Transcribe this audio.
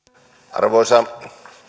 arvoisa